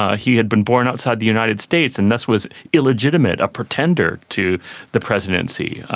ah he had been born outside the united states and thus was illegitimate, a pretender to the presidency.